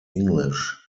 english